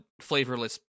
flavorless